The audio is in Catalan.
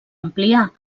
ampliar